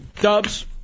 Dubs